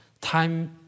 time